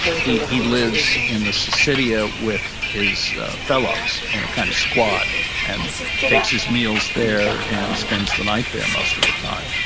he he lives in the sesedia with his fellows in a kind of squad and takes meals there and spends the night there most of the time,